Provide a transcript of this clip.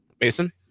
Mason